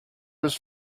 was